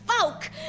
folk